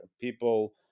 people